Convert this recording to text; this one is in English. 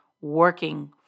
working